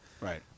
Right